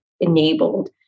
enabled